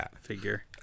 figure